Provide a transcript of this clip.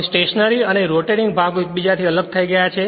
હવે સ્ટેશનરી અને રોટેટિંગ ભાગો એકબીજાથી અલગ થઈ ગયા છે